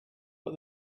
but